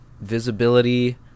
visibility